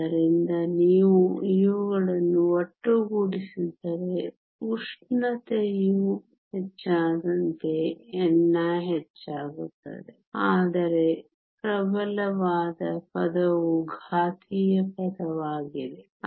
ಆದ್ದರಿಂದ ನೀವು ಇವುಗಳನ್ನು ಒಟ್ಟುಗೂಡಿಸಿದರೆ ಉಷ್ಣತೆಯು ಹೆಚ್ಚಾದಂತೆ ni ಹೆಚ್ಚಾಗುತ್ತದೆ ಆದರೆ ಪ್ರಬಲವಾದ ಪದವು ಘಾತೀಯ ಪದವಾಗಿದೆ